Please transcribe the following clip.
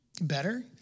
better